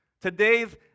Today's